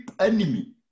enemy